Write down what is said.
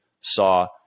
saw